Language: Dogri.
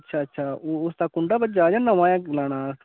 अच्छा अच्छा उसदा कुंडा भज्जा दा जां नमां गै लाना ऐ